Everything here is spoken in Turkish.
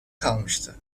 kalmıştı